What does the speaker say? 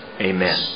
Amen